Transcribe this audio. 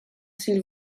s’il